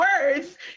words